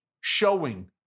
showing